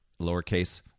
lowercase